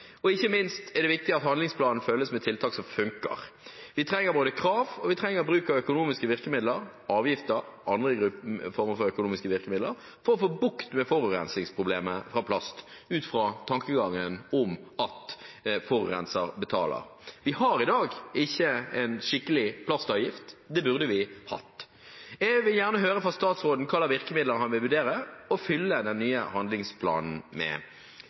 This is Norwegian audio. Ikke minst er det viktig at handlingsplanen følges av tiltak som funker. Vi trenger krav, og vi trenger bruk av økonomiske virkemidler – avgifter og andre former for økonomiske virkemidler – for å få bukt med problemet med forurensning fra plast, ut fra tankegangen om at forurenser betaler. Vi har i dag ikke en skikkelig plastavgift. Det burde vi hatt. Jeg vil gjerne høre fra statsråden hvilke virkemidler han vil vurdere å fylle den nye handlingsplanen med.